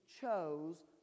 chose